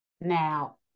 Now